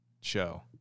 show